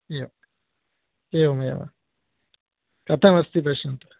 एवम् एवमेवं कथमस्ति पश्यन्तु